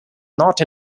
not